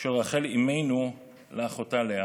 של רחל אימנו לאחותה לאה.